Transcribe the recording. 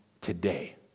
today